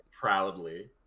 proudly